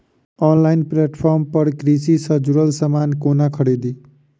Online platform पर कृषि सँ जुड़ल समान कोना खरीदी?